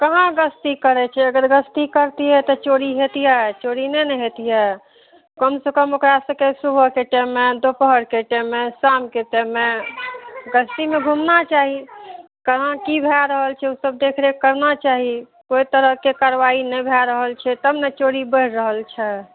कहाँ गस्ती करै छै अगर गस्ती करतिए तऽ चोरी हेतिए चोरी नहि ने हेतिए कमसे कम ओकरासभकेँ सुबहके टाइममे दुपहरके टाइममे शामके टाइममे गस्तीमे घुमना चाही कहाँ कि भए रहल छै ओसब देखरेख करना चाही कोइ तरहके कारवाइ नहि भए रहल छै तब ने चोरी बढ़ि रहल छै